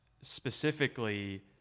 specifically